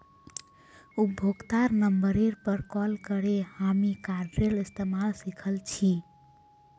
उपभोक्तार नंबरेर पर कॉल करे हामी कार्डेर इस्तमाल सिखल छि